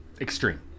Extreme